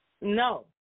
No